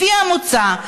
לפי המוצע,